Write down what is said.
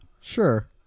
Sure